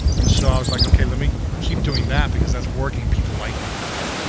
and so i was like okay, let me keep doing that because that's working. people like me now. yeah.